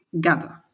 gather